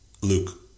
luke